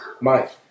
Mike